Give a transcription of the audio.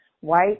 white